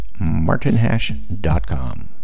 martinhash.com